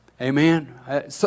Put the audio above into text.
Amen